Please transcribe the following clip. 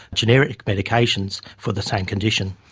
generic medications for the same condition.